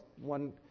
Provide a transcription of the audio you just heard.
one